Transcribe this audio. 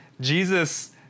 Jesus